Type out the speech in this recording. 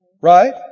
Right